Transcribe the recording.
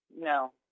No